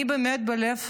אני באמת בלב